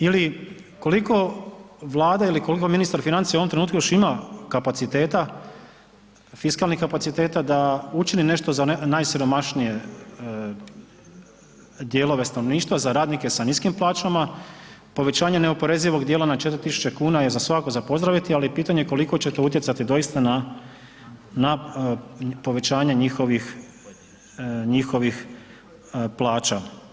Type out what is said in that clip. Ili koliko Vlada ili koliko ministar financija u ovom trenutku još ima kapaciteta, fiskalnih kapaciteta da učini nešto za najsiromašnije dijelove stanovništva, za radnike sa niskim plaćama, povećanje neoporezivog dijela na 4.000 kuna je svakako za pozdraviti ali je pitanje koliko će to utjecati doista na povećanje njihovih, njihovih plaća.